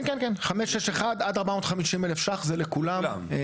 כן כן, 561 עד 450,000 שקלים זה לכולם.